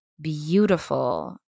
beautiful